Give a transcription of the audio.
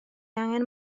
angen